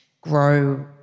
grow